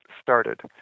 started